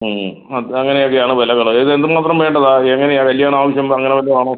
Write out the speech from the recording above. ആ അങ്ങനെ ഒക്കെയാണ് വിലകൾ ഇത് എന്ത് മാത്രം വേണ്ടതാണ് എങ്ങനെയാണ് കല്യാണം ആവശ്യം അങ്ങനെ വല്ലതും ആണോ